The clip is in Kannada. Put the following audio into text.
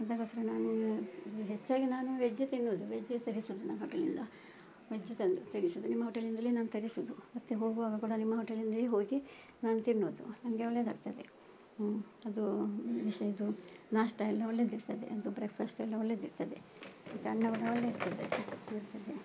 ಅದಕ್ಕೋಸ್ಕರ ನಾನು ಹೆಚ್ಚಾಗಿ ನಾನು ವೆಜ್ಜೆ ತಿನ್ನುವುದು ವೆಜ್ಜೆ ತರಿಸುವುದು ನಾ ಹೋಟೆಲಿಂದ ವೆಜ್ ತಂದು ತರಿಸುವುದು ನಿಮ್ಮ ಹೋಟೆಲಿಂದಲೇ ನಾವು ತರಿಸುವುದು ಮತ್ತೆ ಹೋಗುವಾಗ ಕೂಡ ನಿಮ್ಮ ಹೋಟೆಲಿಂದಲೇ ಹೋಗಿ ನಾನು ತಿನ್ನೋದು ನನಗೆ ಒಳ್ಳೇದಾಗ್ತದೆ ಅದು ಡಿಶ್ ಇದು ನಾಷ್ಟವೆಲ್ಲ ಒಳ್ಳೆದಿರ್ತದೆ ಅದು ಬ್ರೇಕ್ಫಾಸ್ಟ್ ಎಲ್ಲ ಒಳ್ಳೇದಿರ್ತದೆ ಇದು ಅನ್ನ ಕೂಡ ಒಳ್ಳೆ ಇರ್ತದೆ ಇರ್ತದೆ